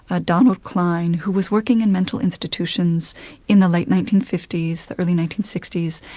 ah donald klein, who was working in mental institutions in the late nineteen fifty s, the early nineteen sixty s,